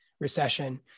recession